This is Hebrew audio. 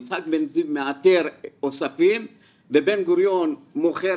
יצחק בן צבי מאתר אוספים ובן גוריון מוכר